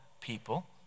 people